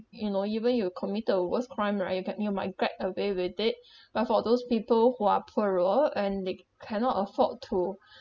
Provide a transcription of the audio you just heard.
you know even if you committed a worst crime right you get you might get away with it but for those people who are poorer and they cannot afford to